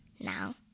now